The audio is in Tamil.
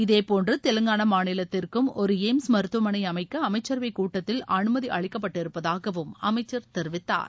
இதேபோன்று தெலங்கானா மாநிலத்திற்கும் ஒரு எய்ம்ஸ் மருத்துவமனை அமைக்க அமைச்சரவைக் கூட்டத்தில் அனுமதி அளிக்கப்பட்டிருப்பதாகவும் அமைச்சர் தெரிவித்தார்